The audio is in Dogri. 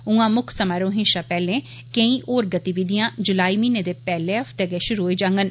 उयां मुक्ख समारोहें शा पैहले केंई होर गतिविधियां जुलाई म्हीनें दे पैहले हफ्ते गै शुरू होई जांङन